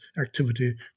activity